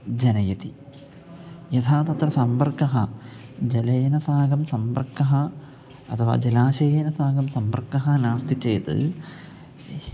जनयति यथा तत्र सम्पर्कः जलेन साकं सम्पर्कः अथवा जलाशयेन साकं सम्पर्कः नास्ति चेत्